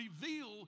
reveal